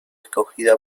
escogida